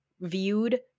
viewed